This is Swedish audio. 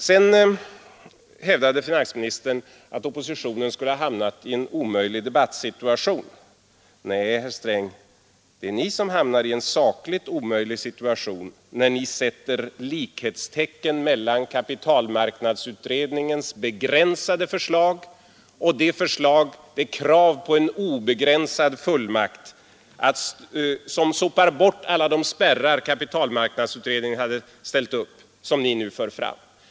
Finansministern hävdade sedan att oppositionen skulle ha hamnat i en 115 omöjlig debattsituation. Nej, herr Sträng, det är Ni som hamnar i en sakligt omöjlig situation när Ni sätter likhetstecken mellan kapitalmarknadsutredningens begränsade förslag och det krav på en obegränsad fullmakt som sopar bort alla de spärrar kapitalmarknadsutredningen hade ställt upp och som ni nu för fram.